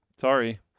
Sorry